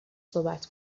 صحبت